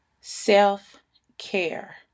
self-care